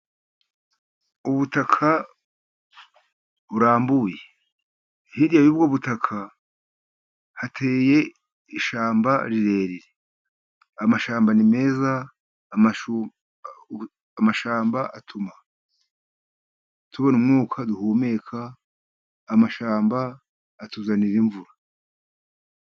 Ubutaka burambuye. Hirya y'ubwo butaka hateye ishyamba rirerire. Amashyamba ni meza, amashyamba atuma tubona umwuka duhumeka, amashamba atuzanira imvura.